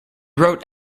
wrote